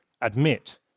admit